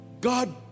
God